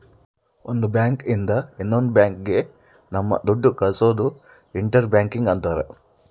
ಒಂದ್ ಬ್ಯಾಂಕ್ ಇಂದ ಇನ್ನೊಂದ್ ಬ್ಯಾಂಕ್ ಗೆ ನಮ್ ದುಡ್ಡು ಕಳ್ಸೋದು ಇಂಟರ್ ಬ್ಯಾಂಕಿಂಗ್ ಅಂತಾರ